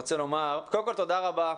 קודם כל תודה רבה,